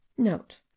Note